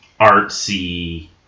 artsy